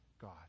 God